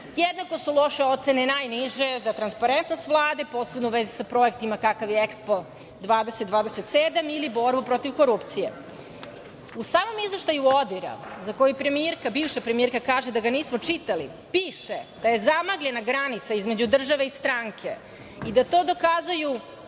jednako su loše ocene najniže za transparentnost Vlade, posebno u vezi sa projektima kakav je „Ekspo 2027“ ili borbu protiv korupcije. U samom izveštaju ODIR-a, za koji bivša premijerka kaže da ga nismo čitali, piše da je zamagljena granica između države i stranke i da to dokazuju,